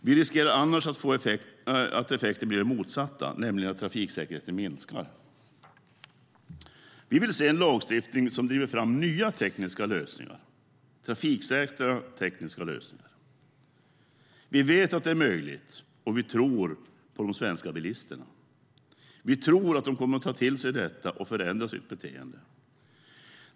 Vi riskerar annars att effekten blir den motsatta, nämligen att trafiksäkerheten minskar. Vi vill se en lagstiftning som driver fram nya trafiksäkra tekniska lösningar. Vi vet att det är möjligt, och vi tror på de svenska bilisterna. Vi tror att de kommer att ta till sig detta och förändra sitt beteende.